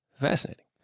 fascinating